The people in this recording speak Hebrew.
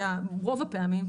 רוב הפעמים,